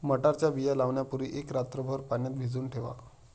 मटारच्या बिया लावण्यापूर्वी एक रात्रभर पाण्यात भिजवून ठेवा